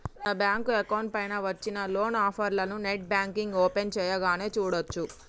మన bank account పైన వచ్చిన లోన్ ఆఫర్లను నెట్ బ్యాంకింగ్ ఓపెన్ చేయగానే చూడచ్చు